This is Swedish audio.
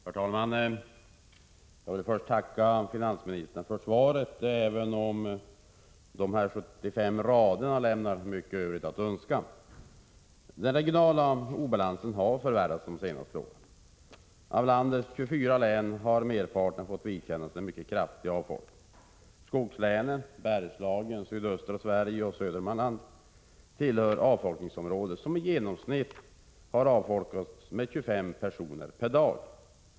Herr talman! Jag vill först tacka finansministern för svaret, även om de 75 raderna i det utdelade svaret lämnar mycket övrigt att önska. Den regionala obalansen har förvärrats de senaste åren. Av landets 24 län har merparten fått vidkännas en mycket kraftig avfolkning. Skogslänen, Bergslagen, sydöstra Sverige och Södermanland utgör avfolkningsområden som i genomsnitt avfolkats med 25 personer per dag.